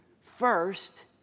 first